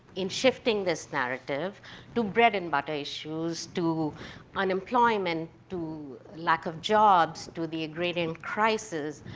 in shifting this narrative to bread and butter issues, to unemployment, to lack of jobs, to the agrarian crisis.